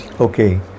Okay